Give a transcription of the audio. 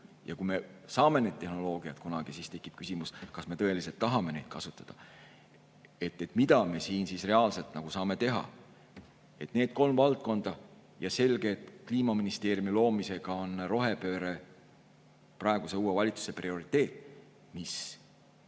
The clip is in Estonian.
Ja kui me saame need tehnoloogiad kunagi, siis tekib küsimus, kas me tõeliselt tahame neid kasutada. Mida me siin siis reaalselt saame teha? Selge on, et kliimaministeeriumi loomisega on rohepööre praeguse uue valitsuse prioriteet, mis